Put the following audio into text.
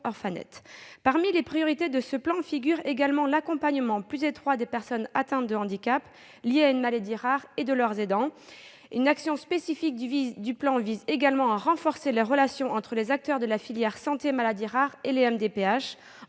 Parmi les priorités de ce plan figure également l'accompagnement plus étroit des personnes atteintes de handicaps liés à une maladie rare et de leurs aidants. Une action spécifique du plan vise non seulement à renforcer les relations entre les acteurs des filières de santé Maladies rares et les MDPH,